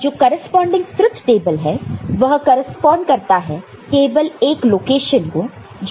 और जो corresponding truth table है वह करेस्पॉन्ड करता है केवल एक लोकेशन को जो कि 0 है